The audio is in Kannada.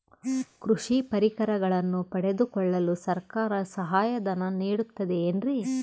ಕೃಷಿ ಪರಿಕರಗಳನ್ನು ಪಡೆದುಕೊಳ್ಳಲು ಸರ್ಕಾರ ಸಹಾಯಧನ ನೇಡುತ್ತದೆ ಏನ್ರಿ?